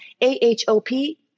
A-H-O-P